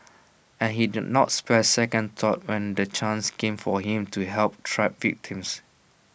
and he did not spare second thought when the chance came for him to help trapped victims